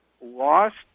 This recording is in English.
lost